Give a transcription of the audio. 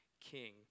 king